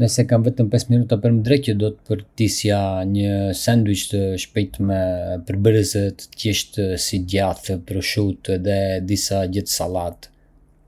Nëse kam vetëm pesë minuta për me drekue, do të përgatisja një sanduiç të shpejtë me përbërës të thjeshtë si djathë, proshutë edhe disa gjethe sallate.